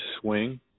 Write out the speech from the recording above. swing